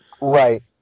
Right